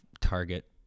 target